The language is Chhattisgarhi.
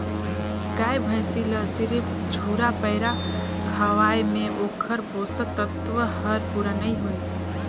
गाय भइसी ल सिरिफ झुरा पैरा खवाये में ओखर पोषक तत्व हर पूरा नई होय